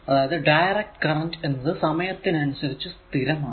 അതായതു direct current എന്നത് സമയത്തിനനുസരിച്ചു സ്ഥിരമാണ്